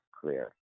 clear